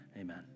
Amen